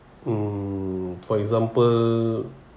mm for example